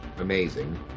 amazing